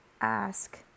ask